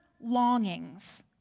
longings